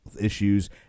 issues